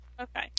Okay